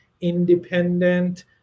independent